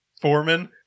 Foreman